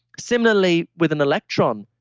similarly, with an electron,